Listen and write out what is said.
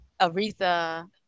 Aretha